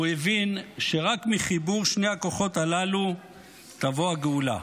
הוא הבין שרק מחיבור שני הכוחות הללו תבוא הגאולה.